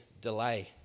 delay